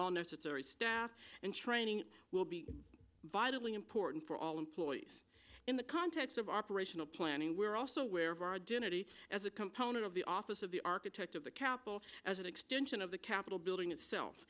all necessary staff and training will be vitally important for all employees in the context of operational planning we're also where of our dynegy as a component of the office of the architect of the capitol as an extension of the capitol building itself